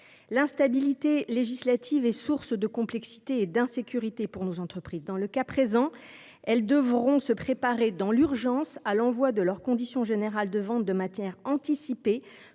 L’instabilité législative est source de complexité et d’insécurité pour les entreprises. Dans le cas présent, celles ci devront se préparer dans l’urgence à l’envoi de leurs conditions générales de vente de manière anticipée,